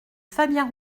fabien